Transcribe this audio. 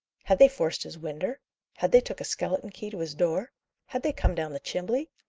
had they forced his winder had they took a skeleton key to his door had they come down the chimbley?